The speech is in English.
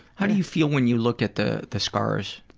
how do you feel when you look at the the scars?